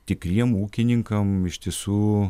tikriem ūkininkams ištiesų